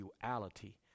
duality